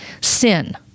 sin